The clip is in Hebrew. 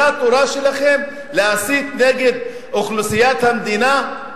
זאת התורה שלכם, להסית נגד אוכלוסיית המדינה?